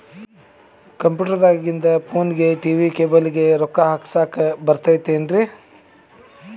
Computer ದಾಗಿಂದ್ ಫೋನ್ಗೆ, TV cable ಗೆ, ರೊಕ್ಕಾ ಹಾಕಸಾಕ್ ಬರತೈತೇನ್ರೇ?